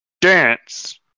dance